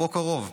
פה קרוב,